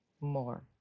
more